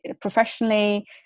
professionally